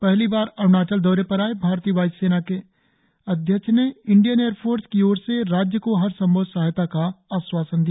पहली बार अरुणाचल दौरे पर आए वाय्सेना अध्यक्ष ने इंडियन एयर फोर्स की ओर से राज्य को हरसंभव सहायता का आश्वासन दिया